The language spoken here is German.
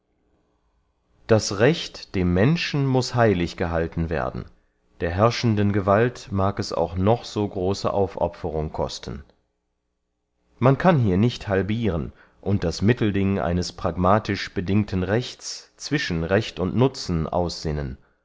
das recht dem menschen muß heilig gehalten werden der herrschenden gewalt mag es auch noch so große aufopferung kosten man kann hier nicht halbiren und das mittelding eines pragmatisch bedingten rechts zwischen recht und nutzen aussinnen